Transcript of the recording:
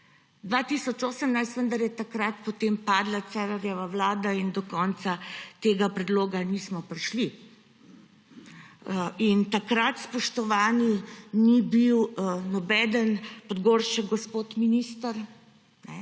2018, vendar je takrat potem padla Cerarjeva vlada in do konca tega predloga nismo prišli. In takrat, spoštovani, ni bil noben Podgoršek gospod minister,